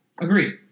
agreed